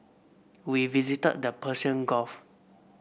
we visited the Persian Gulf